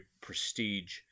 prestige